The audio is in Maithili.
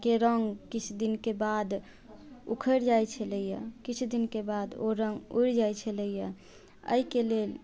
के रङ्ग किछु दिनके बाद उखैड़ जाइ छलैया किछु दिनके बाद ओ रङ्ग उड़ि जाइ छलैया एहिके लेल